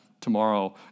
tomorrow